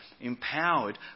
empowered